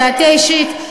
דעתי האישית,